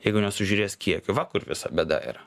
jeigu nesužiūrės kiekių va kur visa bėda yra